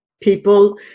people